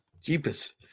Jeepers